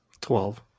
Twelve